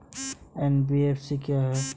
NBFC क्या है?